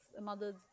mother's